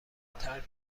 ترک